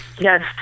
Yes